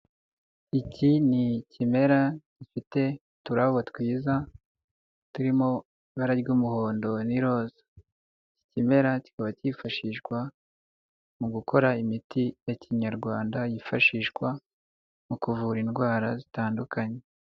Iki ni ikimera gifite uturabo twiza turimo ibara ry'umuhondo n'iroza, iki kimera kikaba cyifashishwa mu gukora imiti ya kinyarwanda yifashishwa mu kuvura indwara zitandukanye.